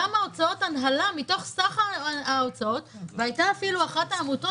כמה הוצאות הנהלה מתוך סך ההוצאות והיתה אפילו עמותה